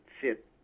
fit